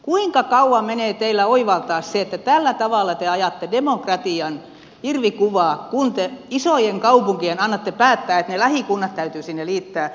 kuinka kauan menee teiltä oivaltaa se että tällä tavalla te ajatte demokratian irvikuvaa kun te isojen kaupunkien annatte päättää että ne lähikunnat täytyy sinne liittää